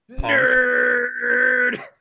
Nerd